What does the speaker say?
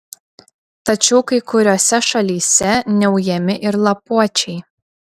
tačiau kai kuriose šalyse neujami ir lapuočiai